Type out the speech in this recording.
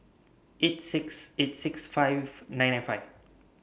eight six eight six five nine nine five